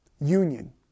Union